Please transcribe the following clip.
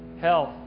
health